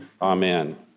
Amen